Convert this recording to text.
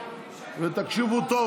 ותקשיבו טוב,